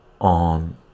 on